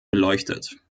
beleuchtet